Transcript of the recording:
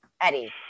Eddie